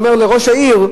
הוא אומר לראש העיר: